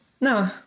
no